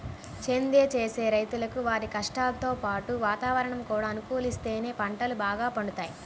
సేద్దెం చేసే రైతులకు వారి కష్టంతో పాటు వాతావరణం కూడా అనుకూలిత్తేనే పంటలు బాగా పండుతయ్